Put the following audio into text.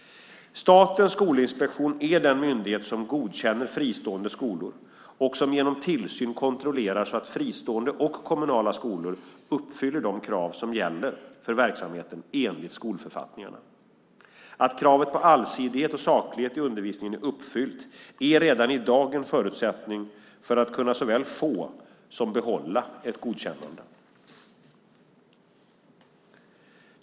Statens skolinspektion är den myndighet som godkänner fristående skolor och som genom tillsyn kontrollerar att fristående och kommunala skolor uppfyller de krav som gäller för verksamheten enligt skolförfattningarna. Att kravet på allsidighet och saklighet i undervisningen är uppfyllt är redan i dag en förutsättning för att kunna såväl få som behålla ett godkännande.